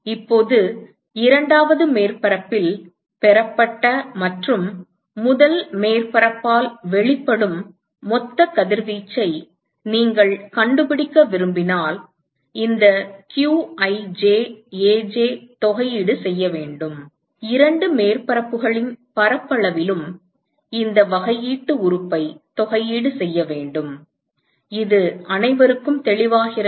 இப்போது இரண்டாவது மேற்பரப்பில் பெறப்பட்ட மற்றும் முதல் மேற்பரப்பால் வெளிப்படும் மொத்த கதிர்வீச்சை நீங்கள் கண்டுபிடிக்க விரும்பினால் இந்த qij Aj தொகையீடு செய்ய வேண்டும் இரண்டு மேற்பரப்புகளின் பரப்பளவிலும் இந்த வகையீட்டு உறுப்பை தொகையீடு செய்ய வேண்டும் இது அனைவருக்கும் தெளிவாகிறதா